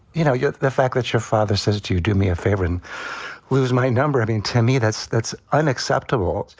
you know, the fact that your father says to you, do me a favor and lose my number. i mean, to me, that's that's unacceptable.